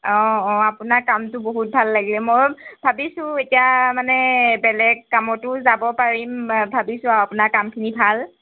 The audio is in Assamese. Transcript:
অঁ অঁ আপোনাৰ কামটো বহুত ভাল লাগিলে মই ভাবিছোঁ এতিয়া মানে বেলেগ কামতো যাব পাৰিম ভাবিছোঁ আৰু আপোনাৰ কামখিনি ভাল